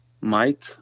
Mike